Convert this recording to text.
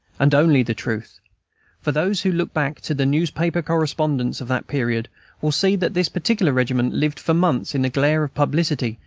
and only the truth for those who look back to the newspaper correspondence of that period will see that this particular regiment lived for months in a glare of publicity,